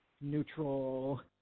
neutral